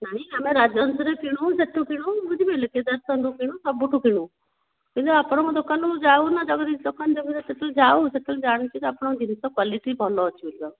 ନାହିଁ ଆମେ ରାଜହଂସରେ କିଣୁ ସେହିଠୁ କିଣୁ ବୁଝିପାରିଲେ କି କେଦର୍ଶନରୁ କିଣୁ ସବୁଠୁ କିଣୁ କିନ୍ତୁ ଆପଣଙ୍କ ଦୋକାନକୁ ଯାଉନା ଜଗଦୀଶ ଦୋକାନ ଜଗଦୀଶ ଯାଉ ସେତେବେଳେ ଜାଣୁ ଆପଣଙ୍କ ଜିନିଷ କ୍ୱାଲିଟି ଭଲ ଅଛି ବୋଲି